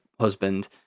husband